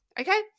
okay